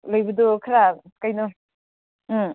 ꯂꯩꯕꯗꯨ ꯈꯔ ꯀꯩꯅꯣ ꯎꯝ